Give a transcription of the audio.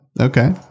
Okay